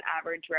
average